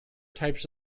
types